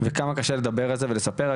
וכמה קשה לדבר את זה ולספר,